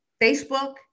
Facebook